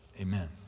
Amen